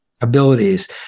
abilities